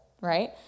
right